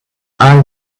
eye